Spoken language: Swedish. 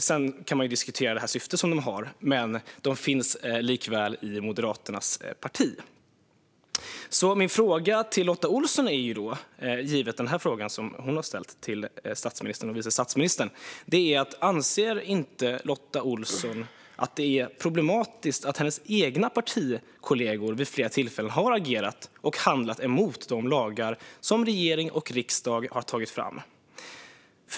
Syftet de har kan ju diskuteras, men de finns likväl i Moderaternas parti. Givet den fråga Lotta Olsson har ställt till statsministern och vice statsministern är min fråga: Anser inte Lotta Olsson att det är problematiskt att hennes egna partikollegor vid flera tillfällen har agerat och handlat mot de lagar som regering och riksdag har tagit fram?